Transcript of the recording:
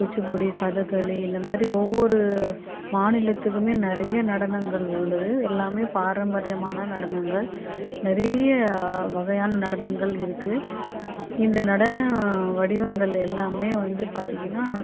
குச்சிப்புடி கதகளி இந்தமாதிரி ஒவ்வொரு மாநிலத்துக்குமே நிறைய நடனங்கள் உள்ளது எல்லாமே பாரம்பரியமான நடனங்கள் நிறையா வகையான நடனங்கள் இருக்குது இந்த நடன வடிவங்கள் எல்லாமே வந்து பார்த்தீங்கன்னா